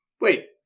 wait